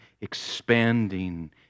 expanding